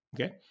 Okay